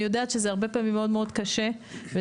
אני יודעת שהרבה פעמים זה מאוד מאוד קשה ודורש,